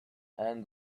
and